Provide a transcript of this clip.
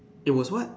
it was what